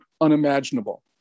unimaginable